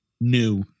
new